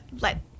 let